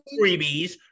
Freebies